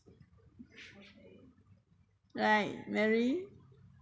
right mary